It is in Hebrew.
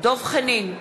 דב חנין,